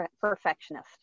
perfectionist